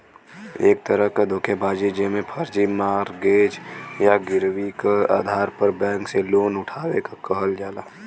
एक तरह क धोखेबाजी जेमे फर्जी मॉर्गेज या गिरवी क आधार पर बैंक से लोन उठावे क कहल जाला